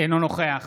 אינו נוכח